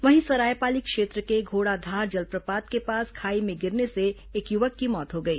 वहीं सरायपाली क्षेत्र के घोड़ाधार जलप्रपात के पास खाई में गिरने से एक युवक की मौत हो गई